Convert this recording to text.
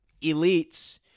elites